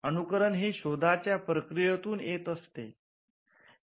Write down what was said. अनुकरण हे शोधाच्या प्रक्रियेतून येत असते